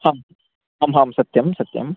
हा अहं हां सत्यं सत्यं